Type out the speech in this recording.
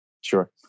Sure